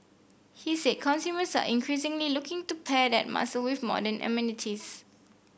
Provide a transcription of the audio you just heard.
he said consumers are increasingly looking to pair that muscle with modern amenities